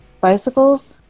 bicycles